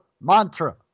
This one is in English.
mantra